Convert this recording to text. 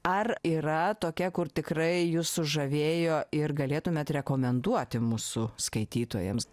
ar yra tokia kur tikrai jus sužavėjo ir galėtumėt rekomenduoti mūsų skaitytojams